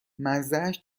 مزهاش